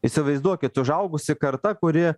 įsivaizduokit užaugusi karta kuri